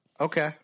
Okay